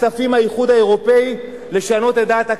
כספים מהאיחוד האירופי כדי לשנות את דעת הקהל.